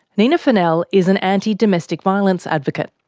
nina funnell is an anti domestic violence advocate.